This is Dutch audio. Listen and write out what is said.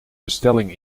bestelling